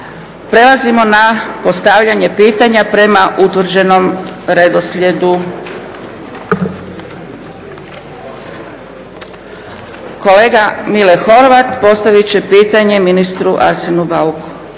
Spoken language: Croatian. Prelazimo na postavljanje pitanja prema utvrđenom redoslijedu. Kolega Mile Horvat postavit će pitanje ministru Arsenu Bauku.